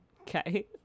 Okay